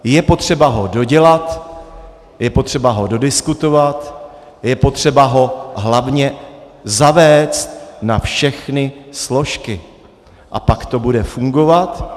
Je potřeba ho dodělat, je potřeba ho dodiskutovat, je potřeba ho hlavně zavést na všechny složky, a pak to bude fungovat.